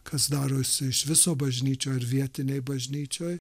kas darosi iš viso bažnyčioj ar vietinėj bažnyčioj